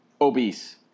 obese